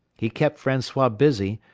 he kept francois busy,